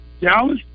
Dallas